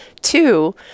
Two